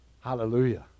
Hallelujah